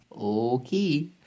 Okay